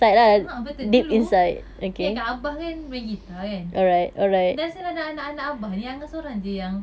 a'ah betul dulu ingatkan abah kan main guitar kan then semua anak-anak abah ni kan angah sorang jer yang